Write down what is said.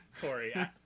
Corey